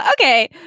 Okay